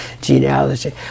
genealogy